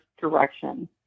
direction